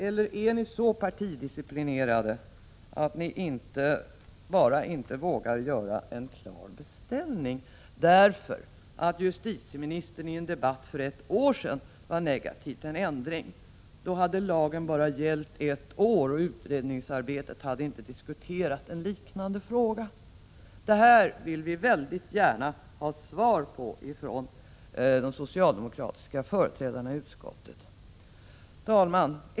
Eller är ni så partidisciplinerade att ni inte vågar göra en snar beställning, därför att justitieministern i en debatt för ett år sedan var negativ till en ändring? Då hade lagen bara gällt ett år, och i utredningsarbetet hade man inte diskuterat en liknande fråga. Dessa frågor vill vi gärna få besvarade av de socialdemokratiska företrädarna i utskottet. Herr talman!